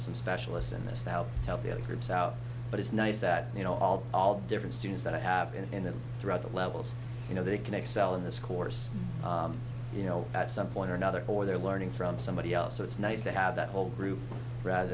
some specialists in this now to help the other groups out but it's nice that you know all all different students that i have in throughout the levels you know they can excel in this course you know at some point or another or they're learning from somebody else so it's nice to have that whole group rather